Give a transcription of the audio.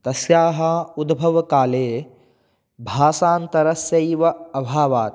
तस्याः उद्भवकाले भाषान्तरस्यैव अभावात्